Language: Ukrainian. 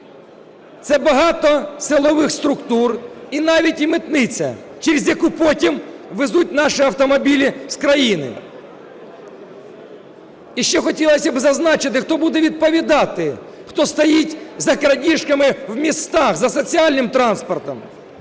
Це багато силових структур, і навіть і митниця, через яку потім везуть наші автомобілі з країни. І ще хотілось би зазначити, хто буде відповідати, хто стоїть за крадіжками в містах за соціальним транспортом,